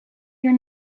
your